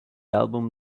album